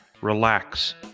relax